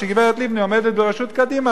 שגברת לבני עומדת בראשות קדימה,